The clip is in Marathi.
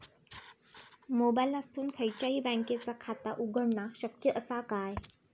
मोबाईलातसून खयच्याई बँकेचा खाता उघडणा शक्य असा काय?